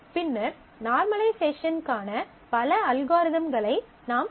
பின்னர் நார்மலைசேஷன்க்கான பல அல்காரிதம்களை நாம் பார்ப்போம்